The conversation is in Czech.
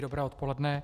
Dobré odpoledne.